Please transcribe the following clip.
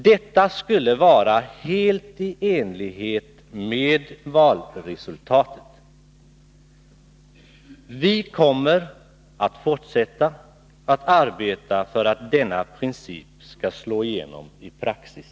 Detta skulle vara helt i enlighet med valresultatet. Vi kommer att fortsätta att arbeta för att denna princip skall slå igenom i praxis.